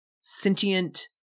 sentient